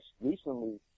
recently